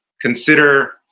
Consider